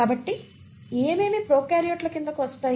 కాబట్టి ఏమేమి ప్రొకార్యోట్ల క్రిందకు వస్తాయి